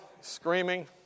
screaming